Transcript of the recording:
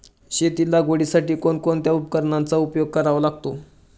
शेती लागवडीसाठी कोणकोणत्या उपकरणांचा उपयोग करावा लागतो?